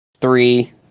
three